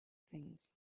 things